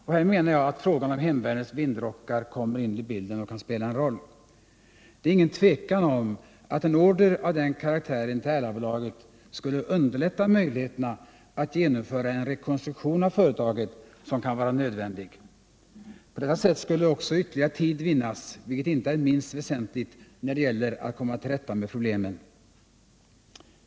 Och här menar jag att frågan om hemvärnets vindrockar kommer in i bilden och kan spela en roll. Det är ingen tvekan om att en order av den karaktären till Erlabolaget skulle underlätta möjligheterna att genomföra en rekonstruktion av företaget som kan vara nödvändig. På detta sätt skulle också ytterligare tid vinnas, vilket inte är minst väsentligt när det gäller att komma till rätta med problemen.